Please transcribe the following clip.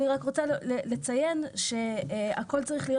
אני רק רוצה לציין שהכול צריך להיות